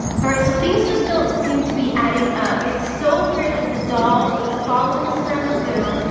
alright, so things just don't seem to be adding up, it's so weird that the doll was following us around lagoon,